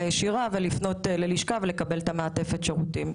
ישירה ולפנות ללשכה ולקבל את מעטפת השירותים.